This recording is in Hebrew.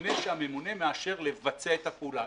לפני שהממונה מאשר לבצע את הפעולה,